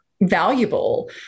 valuable